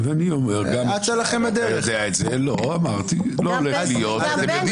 ואני אומר גם שזה לא הולך להיות ואתם יודעים